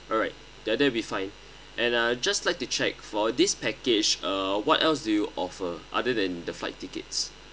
alright that'd that'd be fine and I just like to check for this package uh what else do you offer other than the flight tickets